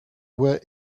were